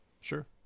Sure